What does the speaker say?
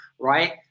right